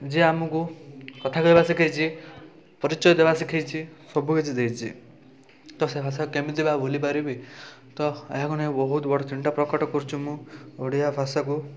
ଯିଏ ଆମକୁ କଥା କହିବା ଶିଖେଇଛି ପରିଚୟ ଦେବା ଶିଖେଇଛି ସବୁକିଛି ଦେଇଛି ତ ସେ ଭାଷା କେମିତି ବା ଭୁଲିପାରିବି ତ ଏହାକୁ ନେଇ ବହୁତ ବଡ଼ ଚିନ୍ତା ପ୍ରକଟ କରୁଛି ମୁଁ ଓଡ଼ିଆ ଭାଷାକୁ